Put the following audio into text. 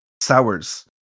sours